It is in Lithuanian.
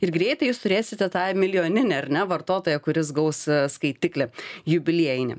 ir greitai jūs turėsite tą milijoninį ar ne vartotoją kuris gaus skaitiklį jubiliejinį